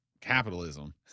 capitalism